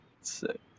Sick